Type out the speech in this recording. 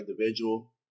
individual